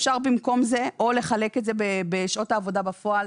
אפשר במקום זה או לחלק את זה בשעות העבודה בפועל.